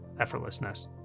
effortlessness